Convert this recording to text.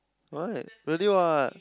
what really what